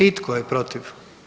I tko je protiv?